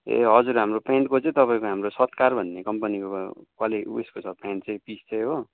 ए हजुर हाम्रो प्यान्टको चाहिँ तपाईँको हाम्रो सत्कार भन्ने कम्पनीको क्वाले ऊ यसको छ प्यान्ट चैचाहिँ पिस चाहिँ हो